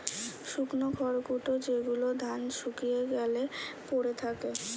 শুকনো খড়কুটো যেগুলো ধান শুকিয়ে গ্যালে পড়ে থাকে